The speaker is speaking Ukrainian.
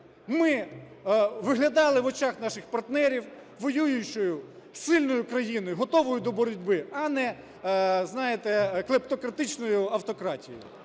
ми виглядали в очах наших партнерів воюючою сильною країною, готовою до боротьби, а не, знаєте, клептократичною автократією.